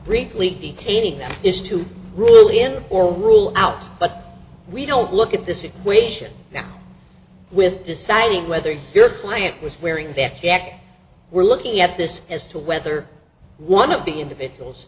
briefly detaining them is to rule in or rule out but we don't look at this equation now with deciding whether your client was wearing that we're looking at this as to whether one of the individuals